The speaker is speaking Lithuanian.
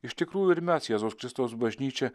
iš tikrųjų ir mes jėzaus kristaus bažnyčia